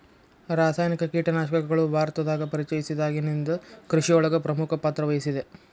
ರಾಸಾಯನಿಕ ಕೇಟನಾಶಕಗಳು ಭಾರತದಾಗ ಪರಿಚಯಸಿದಾಗನಿಂದ್ ಕೃಷಿಯೊಳಗ್ ಪ್ರಮುಖ ಪಾತ್ರವಹಿಸಿದೆ